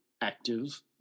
active